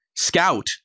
Scout